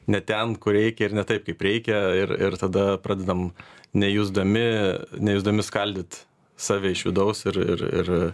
ne ten kur reikia ir ne taip kaip reikia ir ir tada pradedam nejusdami nejusdami skaldyt save iš vidaus ir ir ir